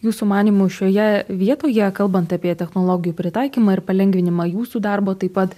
jūsų manymu šioje vietoje kalbant apie technologijų pritaikymą ir palengvinimą jūsų darbo taip pat